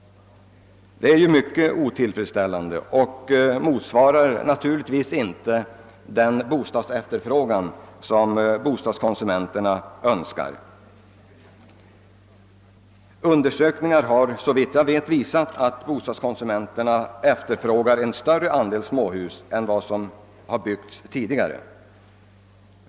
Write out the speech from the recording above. Det är ju mycket otillfredsställande och motsvarar naturligtvis inte den fördelning som bostadskonsumenterna önskar. Undersökningar har såvitt jag vet visat att bostadskonsumenterna efterfrågar en större andel småhus än vad som har byggts tidigare.